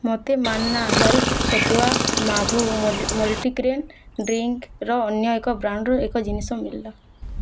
ମୋତେ ମାନ୍ନା ହେଲ୍ଥ୍ ଛତୁଆ ମାଭୂ ମଲ୍ଟିଗ୍ରେନ୍ ଡ୍ରିଙ୍କ୍ର ଅନ୍ୟ ଏକ ବ୍ରାଣ୍ଡ୍ର ଏକ ଜିନିଷ ମିଳିଲା